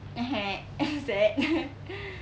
sad